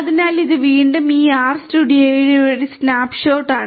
അതിനാൽ ഇത് വീണ്ടും ഈ ആർസ്റ്റുഡിയോയുടെ ഒരു സ്നാപ്പ്ഷോട്ടാണ്